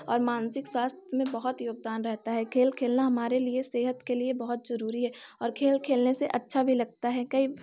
और मानसिक स्वास्थ्य में बहुत योगदान रहता है खेल खेलना हमारे लिए सेहत के लिए बहुत ज़रूरी है और खेल खेलने से अच्छा भी लगता है कई